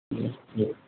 جی جی